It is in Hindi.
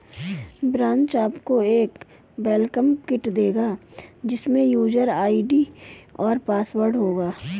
ब्रांच आपको एक वेलकम किट देगा जिसमे यूजर आई.डी और पासवर्ड होगा